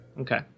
Okay